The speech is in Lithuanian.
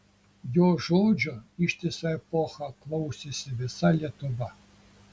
jo žodžio ištisą epochą klausėsi visa lietuva